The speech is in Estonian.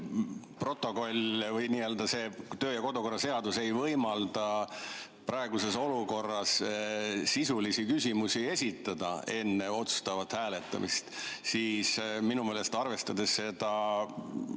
protokoll või see kodu‑ ja töökorra seadus ei võimalda praeguses olukorras sisulisi küsimusi esitada enne otsustavat hääletamist, siis minu meelest, arvestades seda